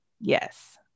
Yes